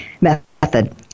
Method